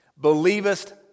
Believest